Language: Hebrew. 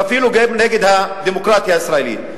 ואפילו גם נגד הדמוקרטיה הישראלית,